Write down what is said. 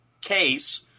case